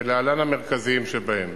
להלן המרכזיים שבהם: